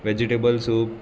vegetable soup